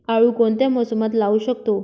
आळू कोणत्या मोसमात लावू शकतो?